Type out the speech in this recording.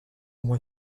moi